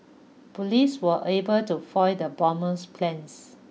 police were able to foil the bomber's plans